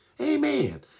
Amen